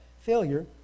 failure